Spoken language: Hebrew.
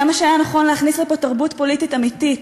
כמה שהיה נכון להכניס לפה תרבות פוליטית אמיתית,